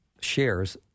shares